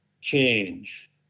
change